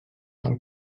del